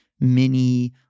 mini